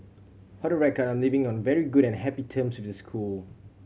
for the record I'm leaving on very good and happy terms with the school